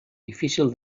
difícil